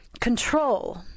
control